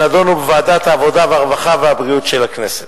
שנדונו בוועדת העבודה, הרווחה והבריאות של הכנסת.